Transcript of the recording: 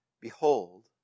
Behold